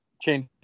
change